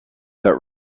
that